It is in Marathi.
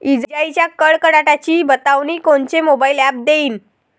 इजाइच्या कडकडाटाची बतावनी कोनचे मोबाईल ॲप देईन?